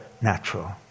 natural